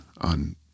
on